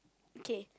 K